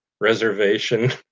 reservation